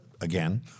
again